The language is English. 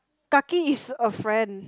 kaki is a friend